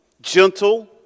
Gentle